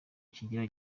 kigira